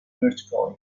vertically